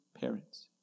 parents